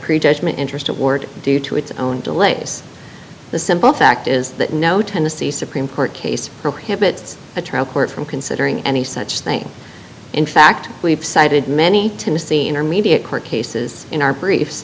pre judgment interest award due to its own delays the simple fact is that no tennessee supreme court case prohibits a trial court from considering any such thing in fact we've cited many tennessee intermediate court cases in our brief